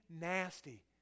nasty